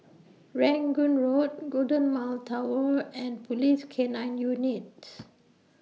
Rangoon Road Golden Mile Tower and Police K nine Unit